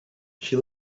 she